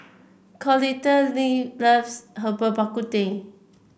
Clotilde loves Herbal Bak Ku Teh